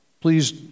please